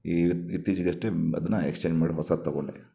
ಈ ಇತ್ತೀಚಿಗಷ್ಟೆ ಅದನ್ನ ಎಕ್ಸ್ಚೇಂಜ್ ಮಾಡಿ ಹೊಸಾದು ತಗೊಂಡೆ